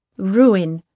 ruin!